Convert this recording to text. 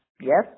yes